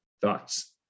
Thoughts